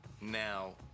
Now